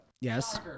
Yes